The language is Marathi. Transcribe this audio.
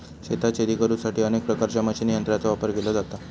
शेतात शेती करुसाठी अनेक प्रकारच्या मशीन यंत्रांचो वापर केलो जाता